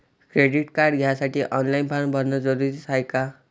Credit card घ्यासाठी online form भरन जरुरीच हाय का?